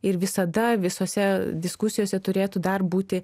ir visada visose diskusijose turėtų dar būti